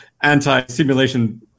anti-simulation